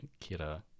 Kira